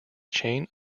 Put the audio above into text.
chain